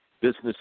business